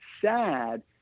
sad